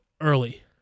early